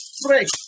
break